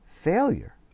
failure